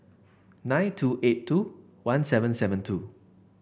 nine two eight two one seven seven two